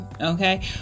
Okay